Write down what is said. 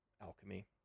alchemy